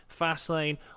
Fastlane